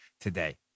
today